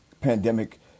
pandemic